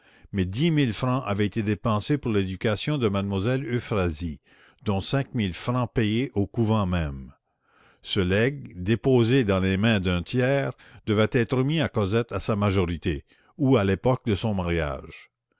mais dix mille francs avaient été dépensés pour l'éducation de mademoiselle euphrasie dont cinq mille francs payés au couvent même ce legs déposé dans les mains d'un tiers devait être remis à cosette à sa majorité ou à l'époque de son mariage